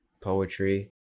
poetry